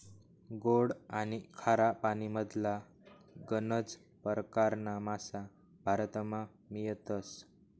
गोड आनी खारा पानीमधला गनज परकारना मासा भारतमा मियतस